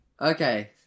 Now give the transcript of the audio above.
Okay